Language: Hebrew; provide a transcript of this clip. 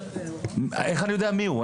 איך אני יודע מיהו?